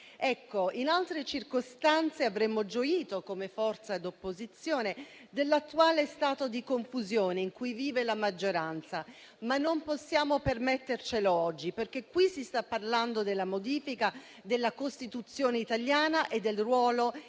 in altre circostanze avremmo gioito come forza d'opposizione dell'attuale stato di confusione in cui vive la maggioranza, ma non possiamo permettercelo oggi. Qui si sta parlando infatti della modifica della Costituzione italiana e del ruolo di garante